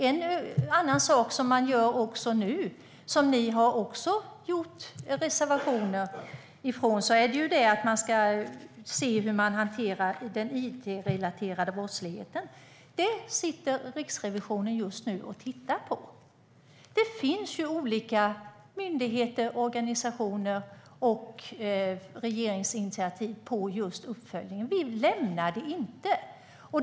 En annan sak som hanteras nu, som ni också har reserverat er mot, gäller den it-relaterade brottsligheten. Riksrevisionen tittar just nu på dessa frågor. Olika myndigheter och organisationer gör uppföljningar på regeringens initiativ.